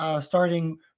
starting